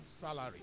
salary